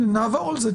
נעבור על זה.